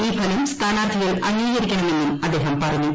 ഈ ഫലം സ്ഥാനാർത്ഥികൾ അംഗീകരിക്കണമെന്നും അദ്ദേഹം പറഞ്ഞു